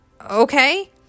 Okay